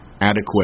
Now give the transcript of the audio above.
adequate